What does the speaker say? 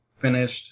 finished